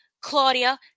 Claudia